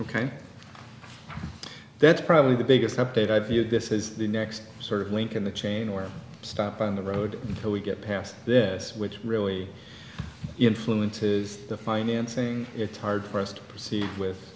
kind that's probably the biggest update i view this is the next sort of link in the chain or stop on the road until we get past this which really influences the financing it's hard for us to proceed with